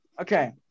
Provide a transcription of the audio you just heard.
Okay